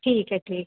ठीक है ठीक